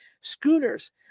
Schooners